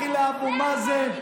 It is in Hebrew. לכי לאבו מאזן.